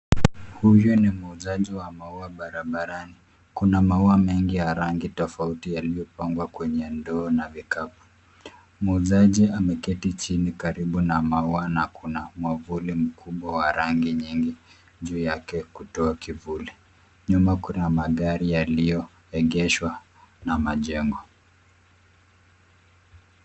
Huyu ni muuzaji wa maua barabarani. Kuna maua mengi ya rangi tofauti yaliyopangwa kwenye ndoo na vikapu. Muuzaji ameketi chini karibu na maua na kuna mwavuli mkubwa wa rangi nyingi juu yake kutoa kivuli. Nyuma kuna magari yaliyoegeshwa na majengo.